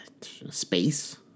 Space